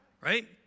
right